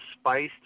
spiced